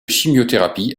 chimiothérapie